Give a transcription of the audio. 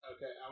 Okay